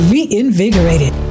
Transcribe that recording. Reinvigorated